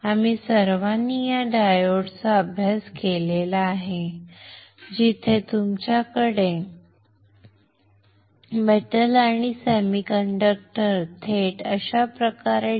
आम्ही सर्वांनी या डायोडचा अभ्यास केला आहे जिथे तुमच्याकडे मेटल आणि सेमीकंडक्टर थेट अशा प्रकारे जमा होतात